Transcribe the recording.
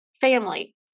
family